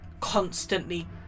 constantly